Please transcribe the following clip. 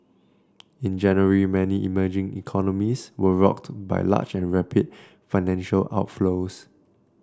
in January many emerging economies were rocked by large and rapid financial outflows